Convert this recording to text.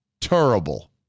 Terrible